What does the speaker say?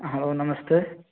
hello नमस्ते